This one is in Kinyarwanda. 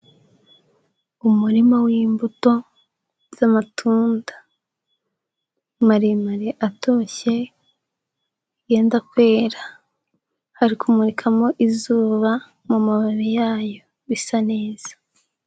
Umurima w'imbuto z'amatunda maremare atoshye yenda kwera, hari kumurikamo izuba mu mababi yayo, bisa neza.